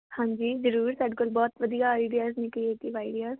ਹਾਂਜੀ ਜ਼ਰੂਰ ਸਾਡੇ ਕੋਲ ਬਹੁਤ ਵਧੀਆ ਆਈਡੀਆਸ ਨੇ ਕ੍ਰਿਏਟਿਵ ਆਈਡੀਆਸ